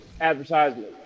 advertisement